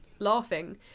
laughing